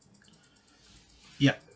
yup